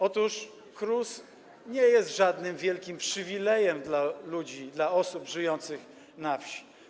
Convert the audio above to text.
Otóż KRUS nie jest żadnym wielkim przywilejem dla osób żyjących na wsi.